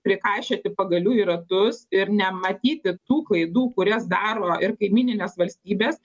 prikaišioti pagalių į ratus ir nematyti tų klaidų kurias daro ir kaimyninės valstybės